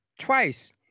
twice